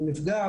מוכרים.